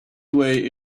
way